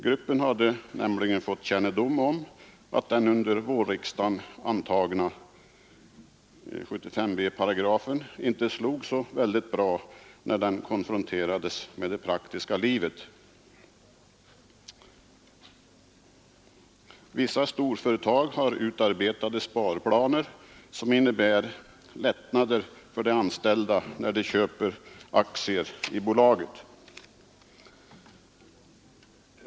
Gruppen hade nämligen fått kännedom att den under vårriksdagen antagna 75 b § inte slog så bra när den konfronterades med det praktiska livet. Vissa storföretag har utarbetade sparplaner som innebär lättnader för de anställda när dessa köper aktier i bolaget.